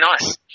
nice